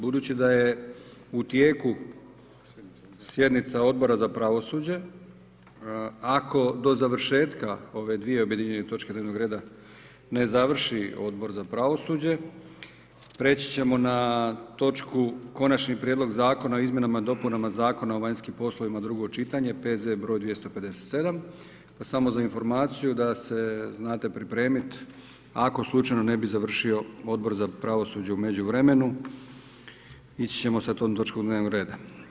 Budući da je u tijeku sjednica Odbora za pravosuđe, ako do završetka ove dvije objedinjene točke dnevnog reda ne završi Odbor za pravosuđe, preći ćemo na točku Konačni prijedlog zakona o izmjenama i dopunama Zakona o vanjskim poslovima, drugo čitanje, P.Z. br. 257, samo za informaciju da se znate pripremiti ako slučajno ne bi završio Odbor za pravosuđe u međuvremenu, ići ćemo sa tom točkom dnevnog reda.